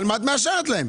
על מה את מאשרת להם?